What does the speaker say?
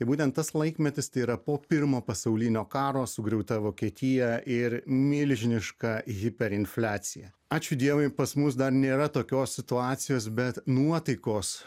būtent tas laikmetis tai yra po pirmo pasaulinio karo sugriauta vokietija ir milžiniška hiperinfliacija ačiū dievui pas mus dar nėra tokios situacijos bet nuotaikos